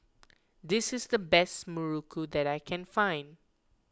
this is the best Muruku that I can find